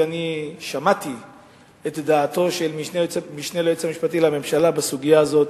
ושמעתי את דעתו של המשנה ליועץ המשפטי לממשלה בסוגיה הזאת,